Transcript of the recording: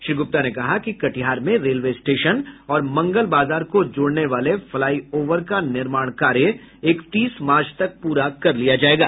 श्री गुप्ता ने कहा कि कटिहार में रेलवे स्टेशन और मंगल बाजार को जोड़ने वाले फ्लाई ओवर का निर्माण कार्य एकतीस मार्च तक प्रा कर लिया जायेगा